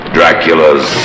Dracula's